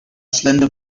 slender